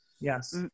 Yes